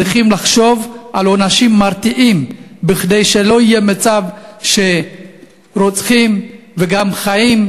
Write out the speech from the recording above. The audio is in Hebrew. צריכים לחשוב על עונשים מרתיעים כדי שלא יהיה מצב שרוצחים וגם חיים,